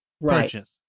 purchase